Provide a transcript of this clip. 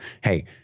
hey